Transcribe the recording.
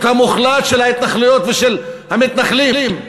המוחלט של ההתנחלויות ושל המתנחלים.